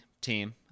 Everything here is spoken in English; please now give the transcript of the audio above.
team